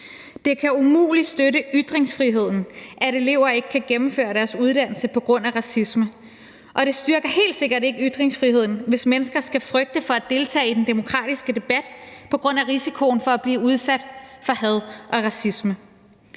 Det kan umuligt støtte ytringsfriheden, at elever ikke kan gennemføre deres uddannelse på grund af racisme, og det styrker helt sikkert ikke ytringsfriheden, hvis mennesker skal frygte for at deltage i den demokratiske debat på grund af risikoen for at blive udsat for had og racisme.